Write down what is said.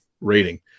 rating